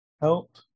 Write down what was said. help